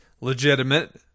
legitimate